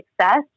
success